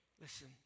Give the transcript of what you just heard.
Listen